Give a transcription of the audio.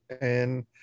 and-